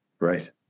Right